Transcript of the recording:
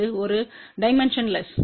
இது ஒரு டைமென்ஷன்லெஸ்